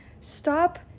Stop